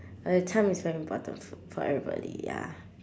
but the time is very important f~ for everybody ya